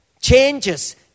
changes